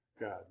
God